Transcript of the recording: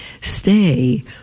stay